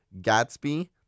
Gatsby